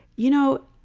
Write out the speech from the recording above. you know,